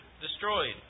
destroyed